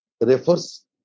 refers